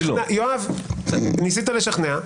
ניסית לשכנע.